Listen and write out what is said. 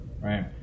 Right